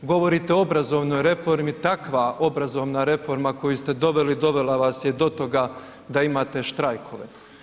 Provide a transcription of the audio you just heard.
Govorite o obrazovnoj reformi, takva obrazovna reforma koju ste doveli, dovela vas je do toga da imate štrajkove.